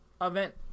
event